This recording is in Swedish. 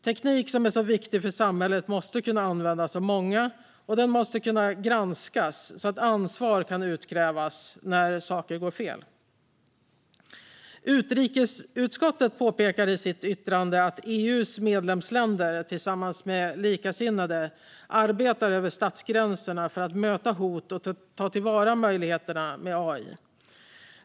Teknik som är så viktig för samhället måste kunna användas av många, och den måste kunna granskas så att ansvar kan utkrävas när saker går fel. Utrikesutskottet påpekar i sitt yttrande att "EU:s medlemsländer, tillsammans med likasinnade, arbetar över statsgränserna för att möta hot och ta vara på möjligheterna med AI".